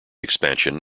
expansion